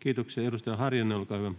Kiitoksia. — Ja edustaja Harjanne, olkaa hyvä.